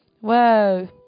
Whoa